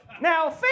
Now